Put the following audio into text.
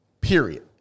Period